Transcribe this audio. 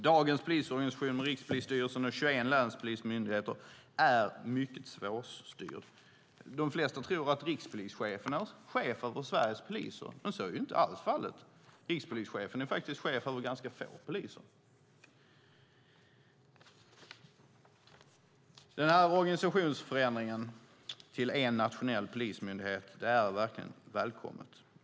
Dagens polisorganisation med Rikspolisstyrelsen och 21 länspolismyndigheter är mycket svårstyrd. De flesta tror att rikspolischefen är chef över Sveriges poliser, men så är inte alls fallet. Rikspolischefen är faktiskt chef över ganska få poliser. Organisationsförändringen till en nationell polismyndighet är verkligen välkommen.